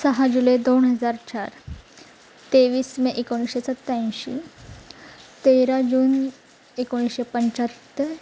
सहा जुलै दोन हजार चार तेवीस मे एकोणीसशे सत्याऐंशी तेरा जून एकोणीसशे पंच्याहत्तर